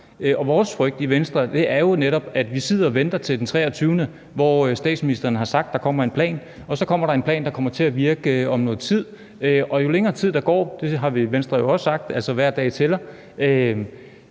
Og vores frygt i Venstre er jo netop, at vi sidder og venter til den 23., hvor statsministeren har sagt, at der kommer en plan, og så kommer der en plan, der kommer til at virke om noget tid. Og jo længere tid der går, jo mere håbløse bliver de unge – i Venstre har vi jo også sagt, at hver dag tæller.